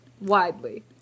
widely